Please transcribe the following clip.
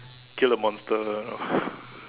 kill the monster you know